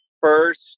first